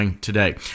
today